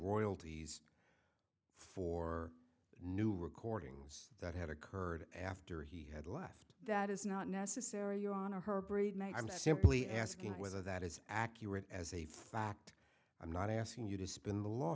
royalties for new recordings that had occurred after he had left that is not necessary you honor her breed mike i'm simply asking whether that is accurate as a fact i'm not asking you to spin the law